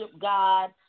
God